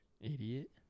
Idiot